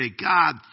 God